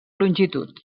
longitud